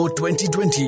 2020